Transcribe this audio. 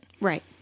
Right